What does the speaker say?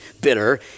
bitter